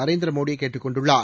நரேந்திரமோடி கேட்டுக் கொண்டுள்ளார்